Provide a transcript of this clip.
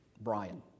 Brian